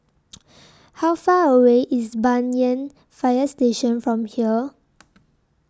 How Far away IS Banyan Fire Station from here